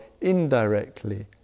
indirectly